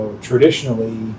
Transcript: traditionally